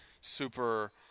super –